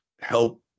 help